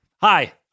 hi